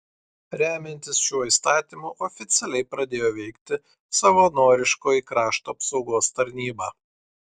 remiantis šiuo įstatymu oficialiai pradėjo veikti savanoriškoji krašto apsaugos tarnyba